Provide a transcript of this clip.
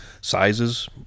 sizes